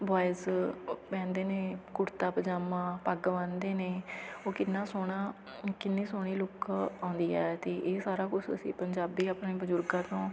boys ਅ ਪਹਿਨਦੇ ਨੇ ਕੁੜਤਾ ਪਜਾਮਾ ਪੱਗ ਬੰਨਦੇ ਨੇ ਉਹ ਕਿੰਨਾ ਸੋਹਣਾ ਕਿੰਨੀ ਸੋਹਣੀ ਲੁਕ ਆਉਂਦੀ ਹੈ ਇਹਦੀ ਇਹ ਸਾਰਾ ਕੁਛ ਅਸੀਂ ਪੰਜਾਬੀ ਆਪਣੇ ਬਜ਼ੁਰਗਾਂ ਤੋਂ